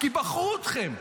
כי בחרו בכם.